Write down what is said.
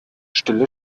stille